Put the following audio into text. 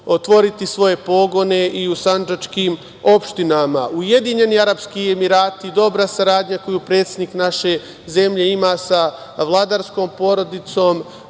otvoriti svoje pogone i u sandžačkim opštinama. Ujedinjeni Arapski Emirati, dobra saradnja koju predsednik naše zemlje ima sa vladarskom porodicom